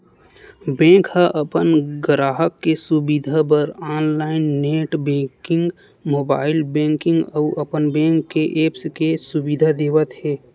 bank ह अपन गराहक के सुबिधा बर online net banking, mobile banking अउ अपन बेंक के ऐप्स के सुबिधा देवत हे